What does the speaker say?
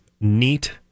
neat